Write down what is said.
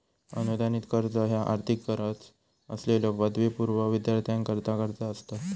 अनुदानित कर्ज ह्या आर्थिक गरज असलेल्यो पदवीपूर्व विद्यार्थ्यांकरता कर्जा असतत